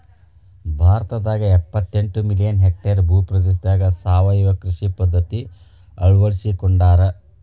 ಭಾರತದಾಗ ಎಪ್ಪತೆಂಟ million hectare ಭೂ ಪ್ರದೇಶದಾಗ ಸಾವಯವ ಕೃಷಿ ಪದ್ಧತಿ ಅಳ್ವಡಿಸಿಕೊಂಡಾರ